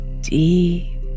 deep